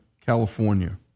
California